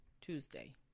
Tuesday